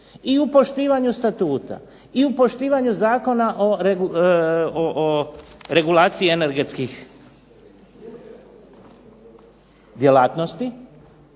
i u poštivanju statuta, i u poštivanju zakona o regulaciji energetskih djelatnosti,